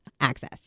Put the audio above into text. access